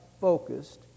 focused